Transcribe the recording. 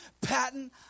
Patton